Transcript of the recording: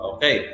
Okay